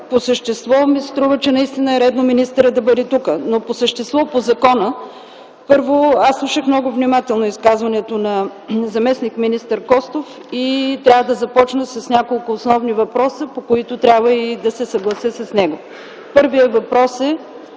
По същество ми се струва, че наистина е редно министърът да бъде тук. Но по същество, по закона. Първо, слушах много внимателно изказването на заместник-министър Костов и трябва да започна с няколко основни въпроса, по които трябва да се съглася с него. Първият въпрос е: